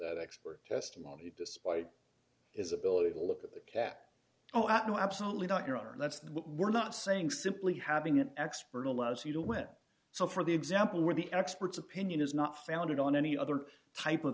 that expert testimony despite his ability to look at the cat oh absolutely not your honor and that's what we're not saying simply having an expert allows you to win so for the example where the expert's opinion is not founded on any other type of